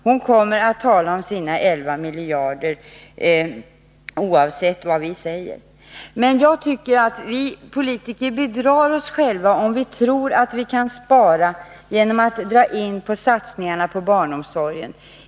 Hon kommer att tala om sina 11 miljarder oavsett vad vi säger. Men jag tycker att vi politiker bedrar oss själva om vi tror att vi kan spara genom att dra in på satsningarna på barnomsorgen.